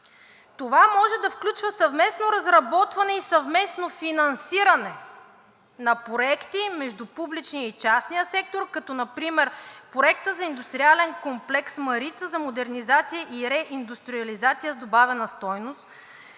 Това може да включва съвместно разработване и съвместно финансиране на проекти между публичния и частния сектор като например: Проекта за индустриален комплекс „Марица“ за модернизация и реиндустриализация с добавена стойност;